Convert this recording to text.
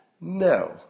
No